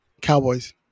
Cowboys